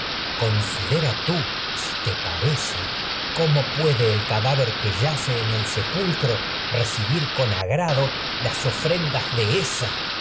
considera tú si te parece cómo puede el cadáver que yace en el sepulcro recibir con agrado mente carse acaso las ofrendas de esa